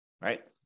right